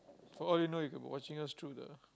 for all you know you could be watching us through the